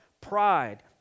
pride